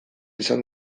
izan